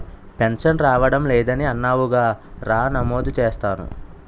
pension రావడం లేదని అన్నావుగా రా నమోదు చేస్తాను